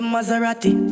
Maserati